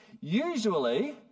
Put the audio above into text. Usually